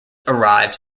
arrived